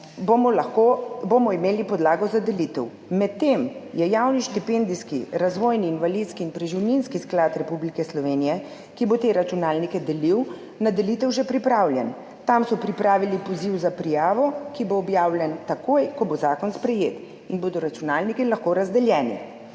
bomo imeli podlago za delitev. Medtem je javni štipendijski, razvojni, invalidski in preživninski sklad Republike Slovenije, ki bo te računalnike delil, na delitev že pripravljen. Tam so pripravili poziv za prijavo, ki bo objavljen takoj, ko bo zakon sprejet in bodo računalniki lahko razdeljeni.